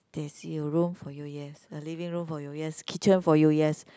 there is a room for you yes a living room for you yes kitchen for you yes